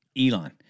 Elon